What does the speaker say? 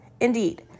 Indeed